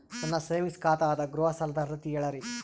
ನನ್ನ ಸೇವಿಂಗ್ಸ್ ಖಾತಾ ಅದ, ಗೃಹ ಸಾಲದ ಅರ್ಹತಿ ಹೇಳರಿ?